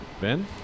Ben